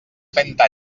trenta